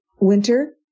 winter